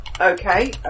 Okay